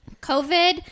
COVID